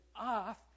off